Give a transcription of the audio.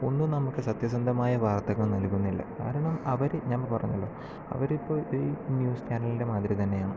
ഒന്നും നമുക്ക് സത്യസന്ധമായ വാർത്തകൾ നൽകുന്നില്ല കാരണം അവര് ഞാൻ പറഞ്ഞല്ലോ അവരിപ്പോൾ ഈ ന്യൂസ് ചാനലിൻ്റെ മാതിരി തന്നെയാണ്